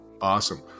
Awesome